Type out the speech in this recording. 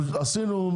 אבל עשינו,